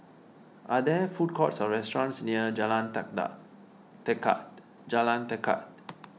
are there food courts or restaurants near Jalan Tekad Jalan Tekad